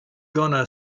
gonna